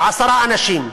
עשרה אנשים,